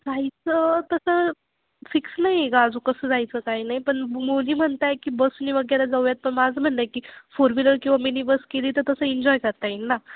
जायचं तसं फिक्स नाही आहे गं आजू कसं जायचं काय नाही पण मुली म्हणताय की बसनी वगैरे जाऊयात पण माझं म्हणणं आहे की फोर व्हीलर किंवा मिनी बस केली तर तसं एन्जॉय करता येईल ना